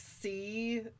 see